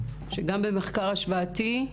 גם במחקר השוואתי?